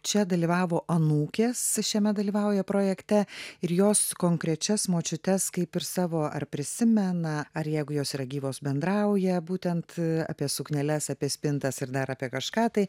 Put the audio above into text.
čia dalyvavo anūkės šiame dalyvauja projekte ir jos konkrečias močiutes kaip ir savo ar prisimena ar jeigu jos yra gyvos bendrauja būtent apie sukneles apie spintas ir dar apie kažką tai